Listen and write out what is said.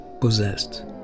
possessed